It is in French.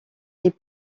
est